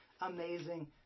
amazing